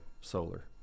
solar